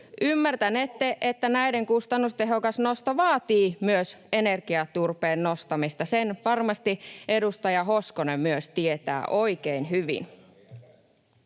Ymmärtänette, että näiden kustannustehokas nosto vaatii myös energiaturpeen nostamista, sen varmasti edustaja Hoskonen myös tietää oikein hyvin.